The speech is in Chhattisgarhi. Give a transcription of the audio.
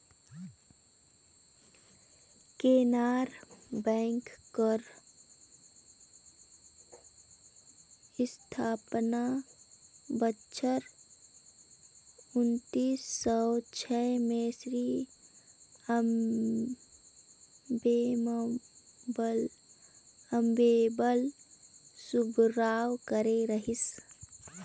केनरा बेंक कर अस्थापना बछर उन्नीस सव छय में श्री अम्मेम्बल सुब्बाराव करे रहिन